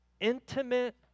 intimate